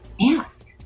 ask